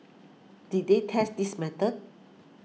did they test this method